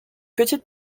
petite